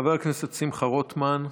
חבר הכנסת שמחה רוטמן.